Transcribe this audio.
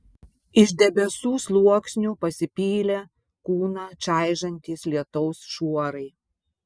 iš debesų sluoksnių pasipylė kūną čaižantys lietaus šuorai